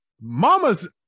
Mamas